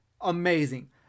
amazing